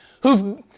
who've